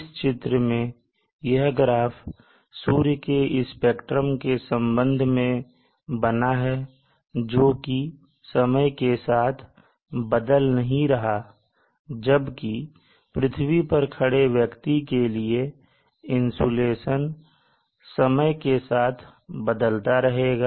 इस चित्र में यह ग्राफ सूर्य के स्पेक्ट्रम के संबंध में बना है जो कि समय के साथ बदल नहीं रहा है जबकि पृथ्वी पर खड़े व्यक्ति के लिए इंसुलेशन समय के साथ बदलता रहेगा